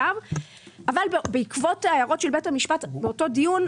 אבל בעקבות הערות בית המשפט באותו דיון,